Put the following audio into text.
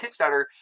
Kickstarter